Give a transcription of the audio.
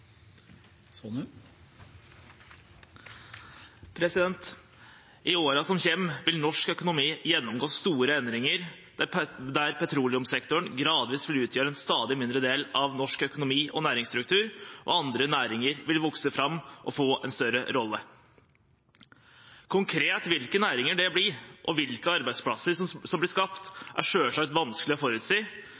I årene som kommer, vil norsk økonomi gjennomgå store endringer, der petroleumssektoren gradvis vil utgjøre en stadig mindre del av norsk økonomi og næringsstruktur og andre næringer vil vokse fram og få en større rolle. Konkret hvilke næringer det blir, og hvilke arbeidsplasser som blir skapt, er selvsagt vanskelig å forutsi,